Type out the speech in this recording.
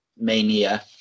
mania